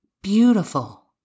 beautiful